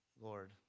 Lord